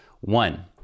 One